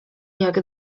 jak